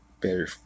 better